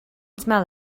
smell